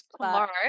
tomorrow